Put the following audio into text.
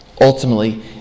Ultimately